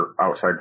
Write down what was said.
outside